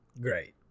great